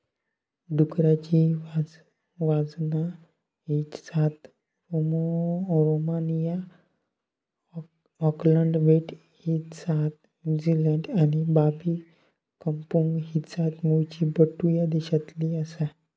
डुकराची बाजना ही जात रोमानिया, ऑकलंड बेट ही जात न्युझीलंड आणि बाबी कंपुंग ही जात मूळची बंटू ह्या देशातली आसा